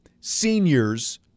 seniors